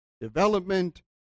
development